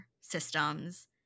systems